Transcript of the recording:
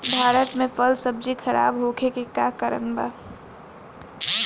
भारत में फल सब्जी खराब होखे के का कारण बा?